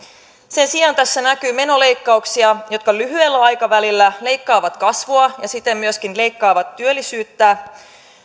sen sijaan tässä näkyy menoleikkauksia jotka lyhyellä aikavälillä leikkaavat kasvua ja siten myöskin leikkaavat työllisyyttä